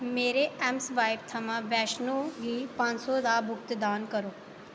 मेरे ऐम्मस्वाइप थमां वैष्णो गी पंज सौ दा भुगतान करो